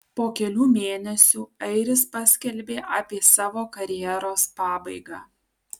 po kelių mėnesių airis paskelbė apie savo karjeros pabaigą